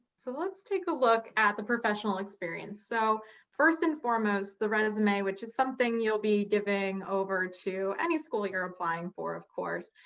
so let's take a look at the professional experience. so foremost, the resume, which is something you'll be giving over to any school you're applying for of course.